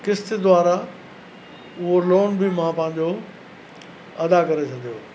किश्त द्वारा उहो लोन बि मां पंहिंजो अदा करे छॾियो